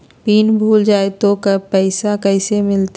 Pin भूला जाई तो पैसा कैसे मिलते?